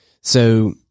So-